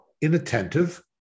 inattentive